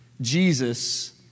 Jesus